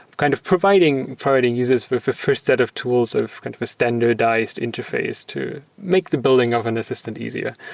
kind of providing providing users with first set of tools of kind of a standardized interface to make the building of an assistant easier.